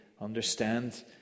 understand